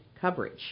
coverage